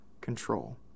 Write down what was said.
control